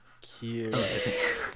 cute